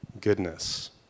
goodness